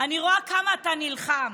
אני רואה כמה אתה נלחם.